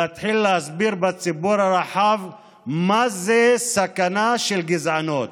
להתחיל להסביר בציבור הרחב מהי הסכנה של גזענות.